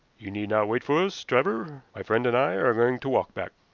you need not wait for us, driver. my friend and i are going to walk back.